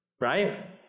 right